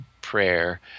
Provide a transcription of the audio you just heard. prayer